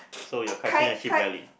so your question actually valid